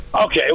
Okay